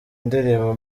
ndirimbo